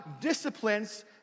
disciplines